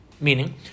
Meaning